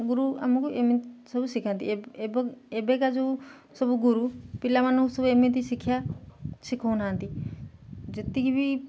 ଗୁରୁ ଆମକୁ ଏମିତି ସବୁ ଶିଖାନ୍ତି ଏବେକା ଯେଉଁ ସବୁ ଗୁରୁ ପିଲାମାନଙ୍କୁ ସବୁ ଏମିତି ଶିକ୍ଷା ଶିଖଉ ନାହାନ୍ତି ଯେତିକି ବି